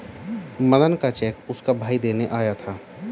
मदन का चेक उसका भाई देने आया था